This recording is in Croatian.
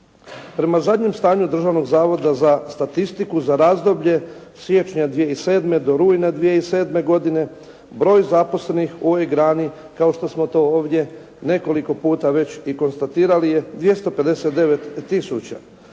Prema zadnjem stanju Državnog zavoda za statistiku za razdoblje siječnja 2007. do rujna 2007. godine broj zaposlenih u ovoj grani, kao što smo to ovdje nekoliko puta već i konstatirali je 259 tisuća